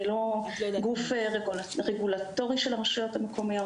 אני לא גוף רגולטורי של הרשויות המקומיות,